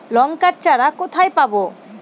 লঙ্কার চারা কোথায় পাবো?